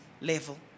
level